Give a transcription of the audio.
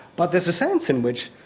but there's a sense in which,